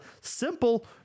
simple